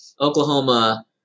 Oklahoma